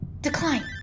Decline